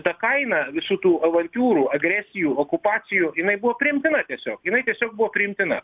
ta kaina visų tų avantiūrų agresijų okupacijų jinai buvo priimtina tiesiog jinai tiesiog buvo priimtina